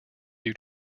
due